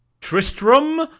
Tristram